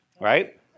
Right